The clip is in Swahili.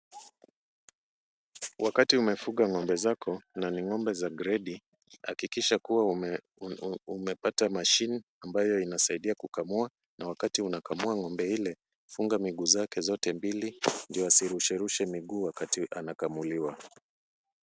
Wakati umefuga ng'ombe zako na ni ng'ombe za gredi, hakikisha kuwa umepata machine ambayo inasaidia kukamua na wakati unakamua ng'ombe ile, funga miguu zake zote mbili ndio asirusherushe miguu wakati anakamuliwa.